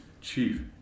chief